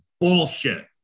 bullshit